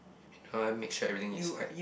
you know I make sure everything is like